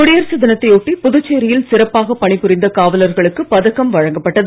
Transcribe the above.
குடியரசு தினத்தையொட்டி புதுச்சேரியில் சிறப்பாக பணிபுரிந்த காவலர்களுக்கு பதக்கம் வழங்கப்பட்டது